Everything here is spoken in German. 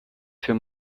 für